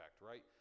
right